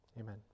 Amen